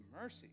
mercy